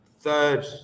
third